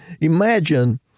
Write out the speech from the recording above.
Imagine